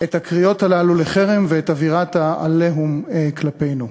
את הקריאות הללו לחרם ואת אווירת ה"עליהום" כלפינו.